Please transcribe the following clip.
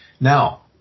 Now